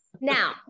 Now